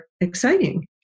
exciting